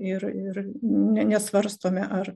ir ir nė nesvarstome ar